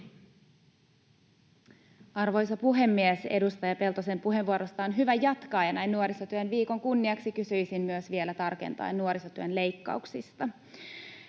Arvoisa puhemies! Edustaja Peltosen puheenvuorosta on hyvä jatkaa, ja näin Nuorisotyön viikon kunniaksi kysyisin myös nuorisotyön leikkauksista,